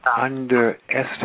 underestimate